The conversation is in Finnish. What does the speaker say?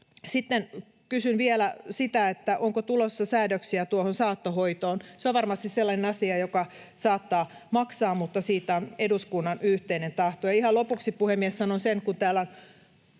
Sitten kysyn vielä sitä, onko tulossa säädöksiä saattohoitoon. Se on varmasti sellainen asia, joka saattaa maksaa, mutta siitä on eduskunnan yhteinen tahto. Ja ihan lopuksi, puhemies, sanon sen, kun täällä on